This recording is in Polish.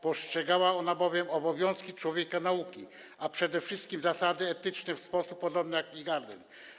Postrzegała ona bowiem obowiązki człowieka nauki, ale przede wszystkim zasady etyczne w sposób podobny jak Ingarden.